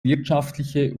wirtschaftliche